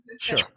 sure